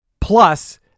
Plus